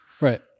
Right